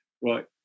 Right